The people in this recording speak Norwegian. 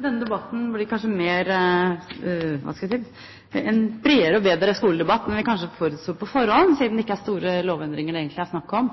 Denne debatten blir kanskje – hva skal jeg si – en bredere og bedre skoledebatt enn vi kanskje forutså på forhånd, siden det ikke er store lovendringer det egentlig er snakk om.